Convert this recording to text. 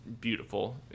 beautiful